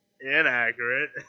inaccurate